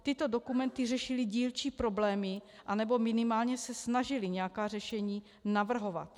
Tyto dokumenty řešily dílčí problémy, anebo minimálně se snažily nějaká řešení navrhovat.